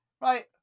Right